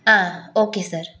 ah okay sir